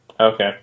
Okay